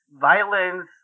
violence